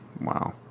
Wow